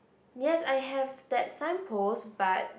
yes I have that sign post but